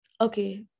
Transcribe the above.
okay